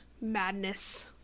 madness